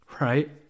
right